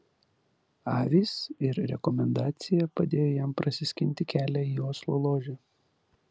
avys ir rekomendacija padėjo jam prasiskinti kelią į oslo ložę